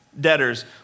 debtors